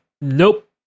Nope